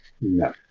No